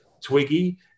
Twiggy